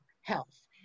health